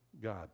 God